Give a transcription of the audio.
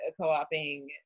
co-oping